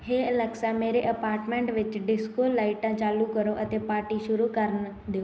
ਹੇ Alexa ਮੇਰੇ apartment ਵਿੱਚ disco ਲਾਈਟਾਂ ਚਾਲੂ ਕਰੋ ਅਤੇ ਪਾਰਟੀ ਸ਼ੁਰੂ ਕਰਨ ਦਿਓ